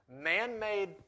man-made